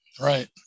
right